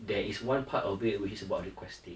there is one part of it which is about requesting